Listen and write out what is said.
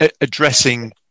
addressing